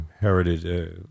Heritage